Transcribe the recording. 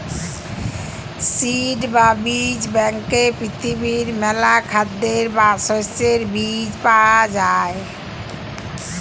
seed বা বীজ ব্যাংকে পৃথিবীর মেলা খাদ্যের বা শস্যের বীজ পায়া যাই